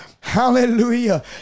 hallelujah